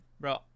bro